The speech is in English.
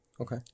Okay